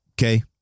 Okay